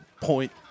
point